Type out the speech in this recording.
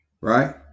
right